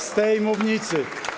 Z tej mównicy.